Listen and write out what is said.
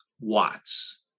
watts